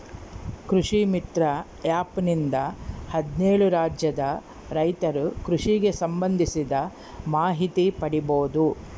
ಕೃಷಿ ಮಿತ್ರ ಆ್ಯಪ್ ನಿಂದ ಹದ್ನೇಳು ರಾಜ್ಯದ ರೈತರು ಕೃಷಿಗೆ ಸಂಭಂದಿಸಿದ ಮಾಹಿತಿ ಪಡೀಬೋದು